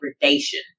degradation